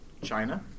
China